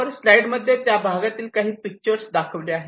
वर स्लाईड मध्ये त्या भागातील काही पिक्चर दाखविले आहे